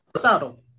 subtle